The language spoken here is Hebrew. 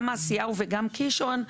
גם מעשיהו וגם קישון,